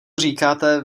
říkáte